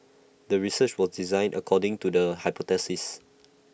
the research was designed according to the hypothesis